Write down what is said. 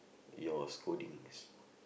your scoldings